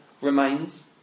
remains